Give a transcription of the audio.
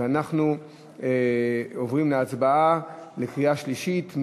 אנחנו עוברים להצבעה בקריאה שלישית.